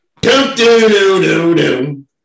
Do-do-do-do-do